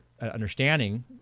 understanding